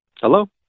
Hello